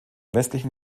westlichen